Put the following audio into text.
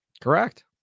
Correct